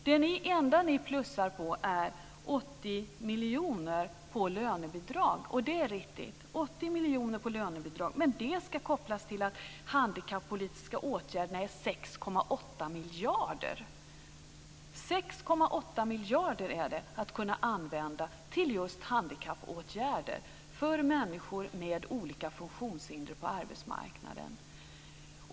Det enda ni plussar på är Det är riktigt, 80 miljoner till lönebidrag. Men det ska kopplas till att de handikappolitiska åtgärderna är 6,8 miljarder. 6,8 miljarder är det som ska kunna användas till just handikappåtgärder för människor med olika funktionshinder på arbetsmarknaden.